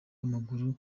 w’amaguru